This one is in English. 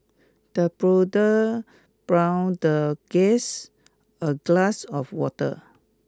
the butler the guest a glass of water